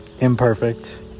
imperfect